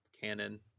canon